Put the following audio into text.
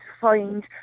find